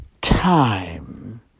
time